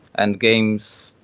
and games.